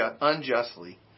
unjustly